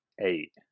eight